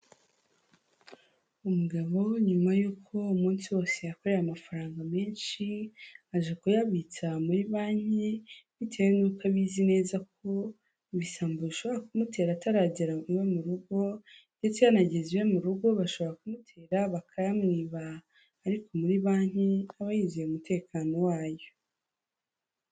Umugabo nyuma y'uko umunsi wose yakoreye amafaranga menshi, aje kuyabitsa muri banki bitewe n'uko abizi neza ko ibisambo bishobora kumutera ataragera iwe mu rugo, ndetse yanageze iwe mu rugo bashobora kumutera bakayamwiba, ariko muri banki akaba yizeye umutekano wayo.